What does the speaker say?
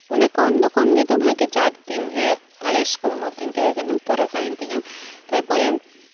ᱩᱱᱟᱹᱜ ᱠᱚᱢ ᱜᱮ ᱫᱚ ᱠᱚᱢ ᱜᱮ ᱵᱷᱟᱜᱮ ᱪᱟᱨ ᱛᱤᱱ ᱨᱮ ᱟᱞᱮ ᱤᱥᱠᱩᱞ ᱢᱚᱫᱽᱫᱷᱮᱧ ᱛᱟᱦᱮᱸ ᱠᱟᱱᱟ ᱛᱳ ᱨᱟᱠᱟᱵᱮᱱ ᱛᱤᱧᱟ ᱛᱟᱨᱯᱚᱨᱮ